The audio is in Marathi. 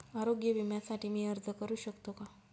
आरोग्य विम्यासाठी मी अर्ज करु शकतो का?